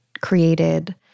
created